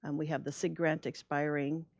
and we have the sig grant expiring.